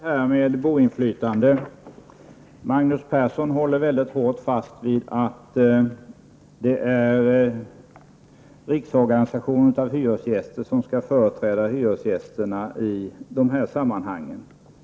Herr talman! Jag vill återkomma till boinflytandet. Magnus Persson håller hårt fast vid att det är en riksorganisation av hyresgäster som i det här sammanhanget skall företräda hyresgästerna.